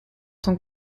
tant